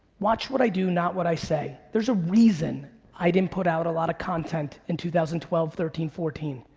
watch what i do, not what i say. there's a reason i didn't put out a lot of content in two thousand and twelve, thirteen, fourteen.